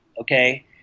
Okay